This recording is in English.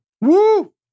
Woo